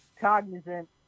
cognizant